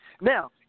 Now